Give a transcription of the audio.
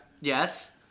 Yes